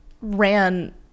ran